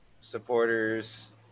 supporters